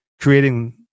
creating